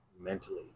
Mentally